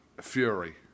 Fury